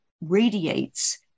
radiates